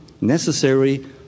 necessary